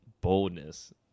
boldness